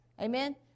amen